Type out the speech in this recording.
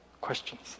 questions